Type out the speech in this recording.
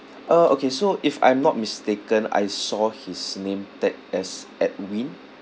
uh okay so if I'm not mistaken I saw his name tag as edwin